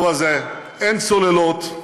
טוב, אז אין צוללות.